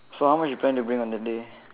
so how much you plan to bring on that day